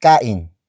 Kain